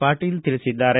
ಪಾಟೀಲ ತಿಳಿಸಿದ್ದಾರೆ